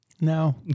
No